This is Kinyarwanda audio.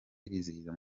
irizihiza